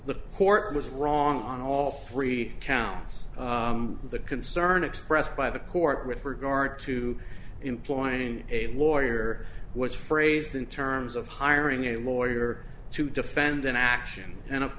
the court was wrong on all three counts the concern expressed by the court with regard to employing a lawyer was phrased in terms of hiring a lawyer to defend an action and of